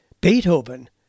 Beethoven